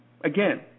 again